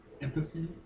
Empathy